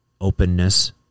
Openness